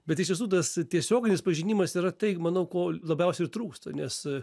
bet iš tiesų tas tiesioginis pažinimas yra tai manau ko labiausia ir trūksta nes